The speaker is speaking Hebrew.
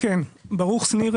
ברוך שניר,